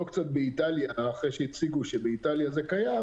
אחרי שהציגו שבאיטליה זה קיים,